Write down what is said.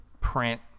print